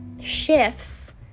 shifts